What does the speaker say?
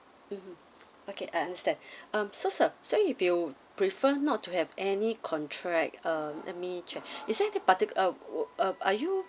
mmhmm okay I understand um so sir so if you prefer not to have any contract um let me check is there any particular ah um are you